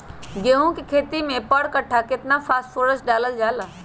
गेंहू के खेती में पर कट्ठा केतना फास्फोरस डाले जाला?